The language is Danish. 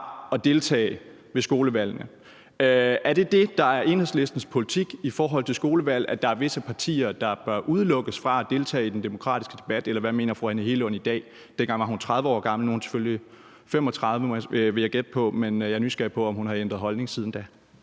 at deltage ved skolevalgene. Er det det, der er Enhedslistens politik i forhold til skolevalg, altså at der er visse partier, der bør udelukkes fra at deltage i den demokratiske debat, eller hvad mener fru Anne Hegelund i dag? Dengang var hun 30 år gammel, nu er hun 35 år, vil jeg gætte på, men jeg er nysgerrig på, om hun har ændret holdning siden da.